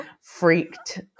freaked